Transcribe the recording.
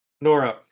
Nora